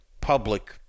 public